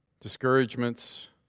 discouragements